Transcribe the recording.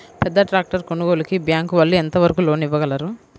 పెద్ద ట్రాక్టర్ కొనుగోలుకి బ్యాంకు వాళ్ళు ఎంత వరకు లోన్ ఇవ్వగలరు?